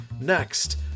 next